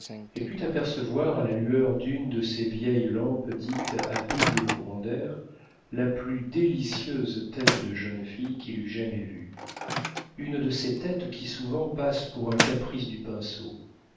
et put apercevoir à la lueur d'une de ces vieilles lampes dites à double courant d'air la plus délicieuse tête de jeune fille qu'il eût jamais vue une de ces têtes qui souvent passent pour un caprice du pinceau